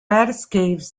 escapes